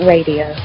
Radio